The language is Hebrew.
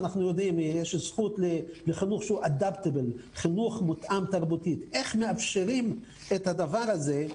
הזכות לחינוך מותאם תרבותית איך מאפשרים את הדבר הזה?